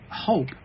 hope